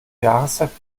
jahreszeit